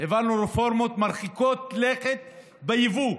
העברנו רפורמות מרחיקות לכת ביבוא,